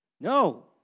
No